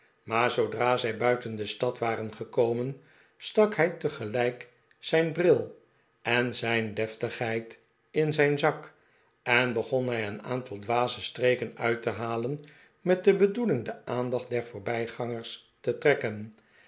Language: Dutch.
maar zoodra zij buiten de stad war en gekomen stak hij tegelijk zijn bril en zijn deftigheid in zijn zak en begon hij een aantal dwaze streken uit te halen met de bedoeling de aandacht der voorbij gangers te trekken